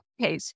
Okay